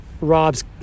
Rob's